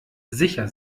sicher